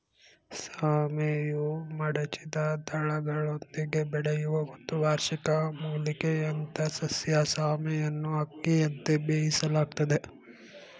ಸಾಮೆಯು ಮಡಚಿದ ದಳಗಳೊಂದಿಗೆ ಬೆಳೆಯುವ ಒಂದು ವಾರ್ಷಿಕ ಮೂಲಿಕೆಯಂಥಸಸ್ಯ ಸಾಮೆಯನ್ನುಅಕ್ಕಿಯಂತೆ ಬೇಯಿಸಲಾಗ್ತದೆ